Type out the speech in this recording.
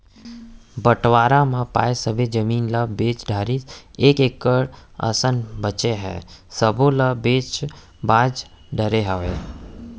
बंटवारा म पाए सब्बे जमीन ल बेच डारिस एक एकड़ असन बांचे हे सब्बो ल बेंच भांज डरे हवय